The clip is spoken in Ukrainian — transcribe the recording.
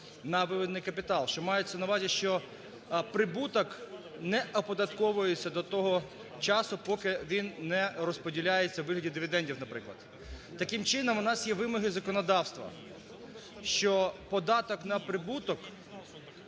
на виведений капітал. Що мається на увазі, що прибуток не оподатковується до того часу, поки він не розподіляється у вигляді дивідендів, наприклад. Таким чином, у нас є вимоги законодавства, що податок на прибуток